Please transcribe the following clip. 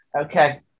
Okay